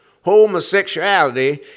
homosexuality